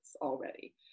already